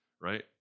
right